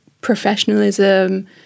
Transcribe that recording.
professionalism